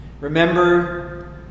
remember